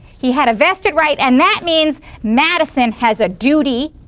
he had a vested right and that means madison has a duty